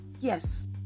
Yes